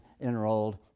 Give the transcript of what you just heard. enrolled